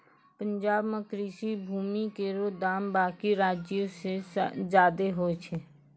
पंजाब म कृषि भूमि केरो दाम बाकी राज्यो सें जादे होय छै